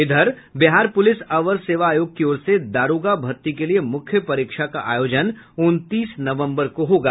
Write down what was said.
इधर बिहार पुलिस अवर सेवा आयोग की ओर से दारोगा भर्ती के लिए मुख्य परीक्षा का आयोजन उनतीस नवम्बर को होगा